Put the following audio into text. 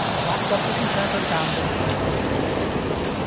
chalked up the concern for ground loops to be one of those opinions,